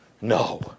No